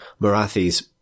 Marathi's